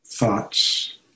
Thoughts